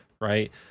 right